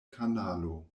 kanalo